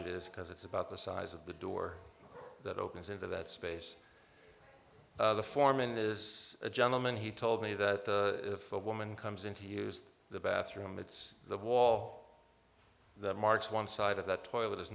it is because it's about the size of the door that opens into that space the foreman is a gentleman he told me that if a woman comes in to use the bathroom it's the wall that marks one side of the toilet i